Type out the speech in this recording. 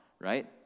right